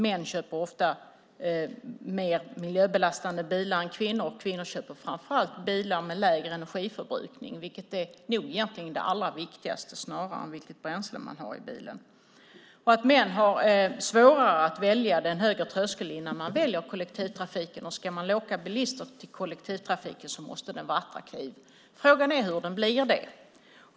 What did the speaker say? Män köper ofta mer miljöbelastande bilar än kvinnor. Kvinnor köper framför allt bilar med lägre energiförbrukning. Det är nog det, snarare än vilket bränsle man har i bilen, som är det allra viktigaste. Män har en högre tröskel att komma över innan de väljer kollektivtrafiken. Ska man locka bilister till kollektivtrafiken måste den vara attraktiv. Frågan är hur den blir det.